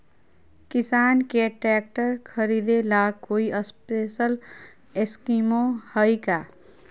किसान के ट्रैक्टर खरीदे ला कोई स्पेशल स्कीमो हइ का?